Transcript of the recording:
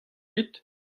dit